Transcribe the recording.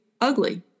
ugly